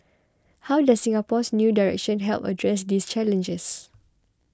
how does Singapore's new direction help address these challenges